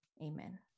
amen